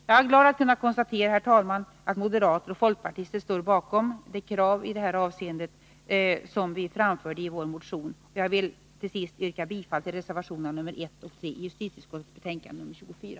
Jag är glad att kunna konstatera, herr talman, att moderater och folkpartister står bakom det krav i detta avseende som vi framfört i vår motion. Jag vill till sist yrka bifall till reservationerna nr 1 och 3 i justitieutskottets betänkande nr 24.